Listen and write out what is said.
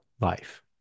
life